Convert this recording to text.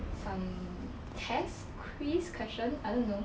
some test quiz question I don't know